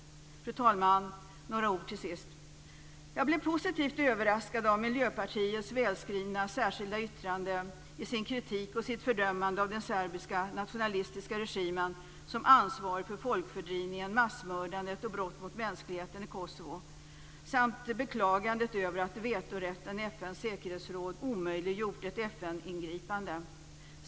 Fru talman! Jag blev positivt överraskad av Miljöpartiets välskrivna särskilda yttrande med dess kritik och dess fördömande av den serbiska nationalistiska regimen som ansvarig för folkfördrivningen, massmördandet och brotten mot mänskligheten i Kosovo samt beklagandet av att vetorätten i FN:s säkerhetsråd omöjliggjort ett FN-ingripande.